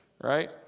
right